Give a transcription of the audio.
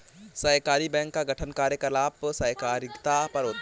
सहकारी बैंक का गठन कार्यकलाप सहकारिता पर होता है